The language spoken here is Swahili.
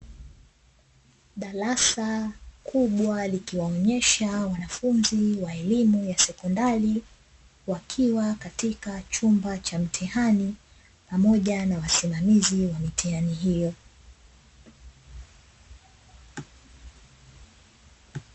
Darasa kubwa likiwaonyesha wanafunzi wa elimu ya sekondari, wakiwa katika chumba cha mtihani pamoja na wasimamizi wa mitihani hiyo.